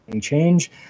change